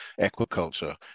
aquaculture